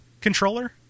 controller